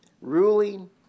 Ruling